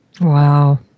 Wow